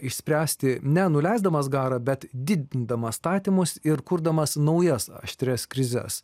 išspręsti ne nuleisdamas garą bet didindamas statymus ir kurdamas naujas aštrias krizes